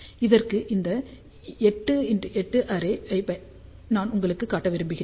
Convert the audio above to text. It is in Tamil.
இதற்கு இந்த 8 x 8 அரே ஐ நான் உங்களுக்கு காட்ட விரும்புகிறேன்